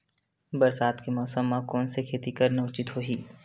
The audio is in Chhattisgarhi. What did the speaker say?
बरसात के मौसम म कोन से खेती करना उचित होही?